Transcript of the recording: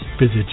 Visit